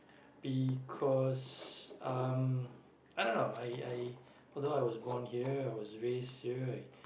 because um i don't know I I although I was born here I was raised here I